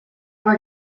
were